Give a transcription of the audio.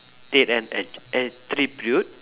take an at~ attribute